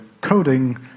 coding